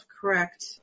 correct